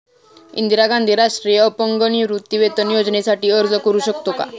इंदिरा गांधी राष्ट्रीय अपंग निवृत्तीवेतन योजनेसाठी अर्ज करू शकतो का?